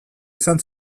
izan